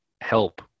help